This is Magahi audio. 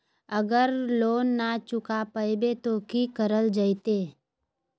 अगर लोन न चुका पैबे तो की करल जयते?